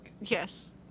Yes